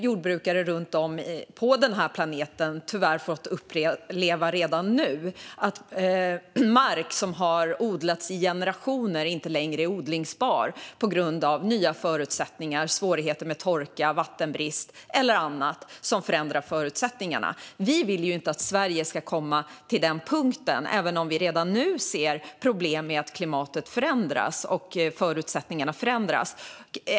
Jordbrukare runt om på planeten har tyvärr redan nu fått uppleva att mark som har odlats i generationer inte längre är odlingsbar på grund av nya förutsättningar - svårigheter med torka, vattenbrist eller annat som förändrar förutsättningarna. Vi vill ju inte att Sverige ska komma till den punkten, även om vi redan nu ser problem med att klimatet och förutsättningarna förändras.